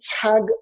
tag